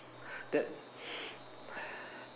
that